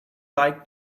like